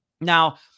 Now